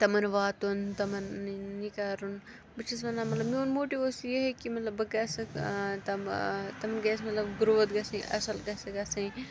تِمَن واتُن تِمَن یہِ کَرُن بہٕ چھَس وَنان مطلب میون موٹِو اوس یِہٕے کہِ مطلب بہٕ گژھَکھ تِم تِمَن گٔے اَسہِ مطلب گرٛوتھ گژھٕنۍ اَصٕل گژھِ گژھٕںۍ